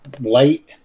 light